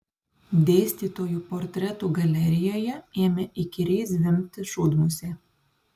dėstytojų portretų galerijoje ėmė įkyriai zvimbti šūdmusė